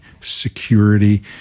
security